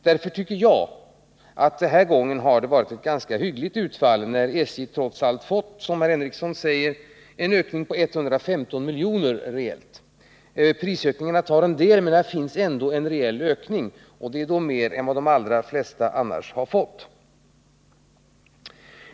Därför tycker jag att det den här gången har varit ett ganska hyggligt utfall när SJ trots allt fått, som Sven Henricsson säger, en ökning på 115 miljoner reellt. Prishöjningarna tar en del, men det finns ändå en reell ökning — och det är mer än de allra flesta har fått.